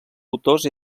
autors